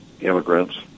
immigrants